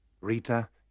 Rita